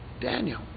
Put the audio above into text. Daniel